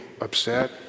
upset